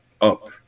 up